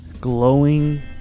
glowing